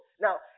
Now